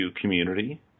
community